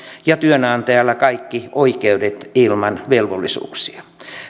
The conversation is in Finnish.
ja työnantajalla kaikki oikeudet ilman velvollisuuksia